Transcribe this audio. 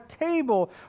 table